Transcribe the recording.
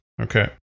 Okay